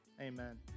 amen